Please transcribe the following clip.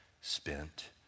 spent